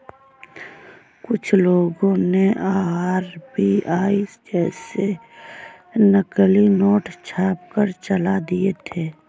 कुछ लोगों ने आर.बी.आई जैसे नकली नोट छापकर चला दिए थे